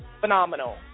phenomenal